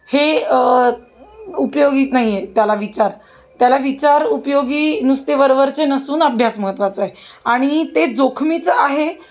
हे उपयोगी नाही आहे त्याला विचार त्याला विचार उपयोगी नुसते वरवरचे नसून अभ्यास महत्त्वाचा आहे आणि ते जोखमीचं आहे